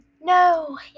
No